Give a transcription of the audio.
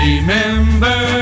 Remember